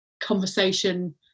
conversation